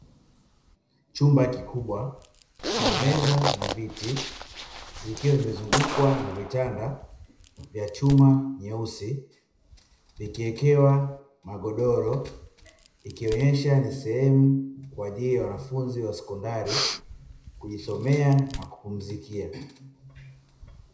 Chumba kikubwa chenye meza na viti vikiwa vimezungukwa na vitanda vya chuma nyeusi vikiwekewa magodoro, ikionesha ni sehemu kwa ajili ya wanafunzi wa sekondari kujisomea na kupumzikia.